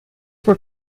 were